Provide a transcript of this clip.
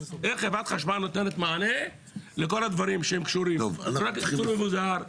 איך חברת חשמל נותנת מענה לכל הדברים שקשורים לפרויקט ייצור מבוזר,